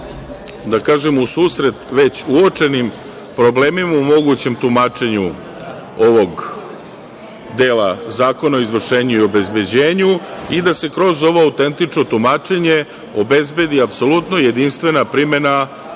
da kažem, u susret već uočenim problemima u mogućem tumačenju ovog dela Zakona o izvršenju i obezbeđenju i da se kroz ovo autentično tumačenje obezbedi apsolutno jedinstvena primena